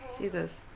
Jesus